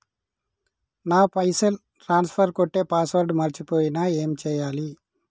నా పైసల్ ట్రాన్స్ఫర్ కొట్టే పాస్వర్డ్ మర్చిపోయిన ఏం చేయాలి?